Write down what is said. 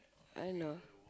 I know